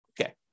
Okay